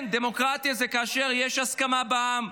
כן, דמוקרטיה זה כאשר יש הסכמה בעם,